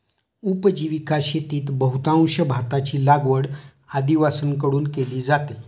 उपजीविका शेतीत बहुतांश भाताची लागवड आदिवासींकडून केली जाते